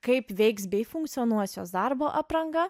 kaip veiks bei funkcionuos jos darbo apranga